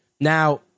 Now